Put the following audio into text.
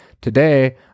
Today